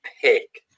pick